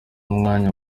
mwana